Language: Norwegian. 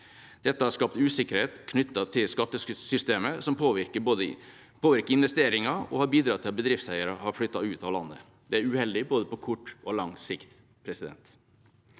Dette har skapt en usikkerhet knyttet til skattesystemet, noe som påvirker investeringer og har bidratt til at bedriftseiere har flyttet ut av landet. Det er uheldig på både kort og lang sikt. Helt